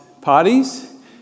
parties